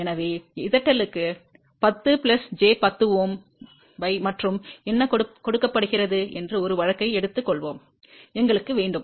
எனவே ZL க்கு 10 j 10 Ω by மற்றும் என்ன கொடுக்கப்படுகிறது என்று ஒரு வழக்கை எடுத்துக் கொள்வோம் எங்களுக்கு வேண்டும்